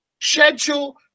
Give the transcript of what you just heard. schedule